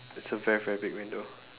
it's a very very big window